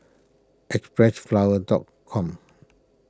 Xpressflower dot com